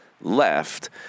left